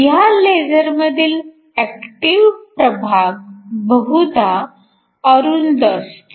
ह्या लेझरमधील ऍक्टिव्ह प्रभाग बहुधा अरुंद असतो